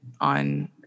on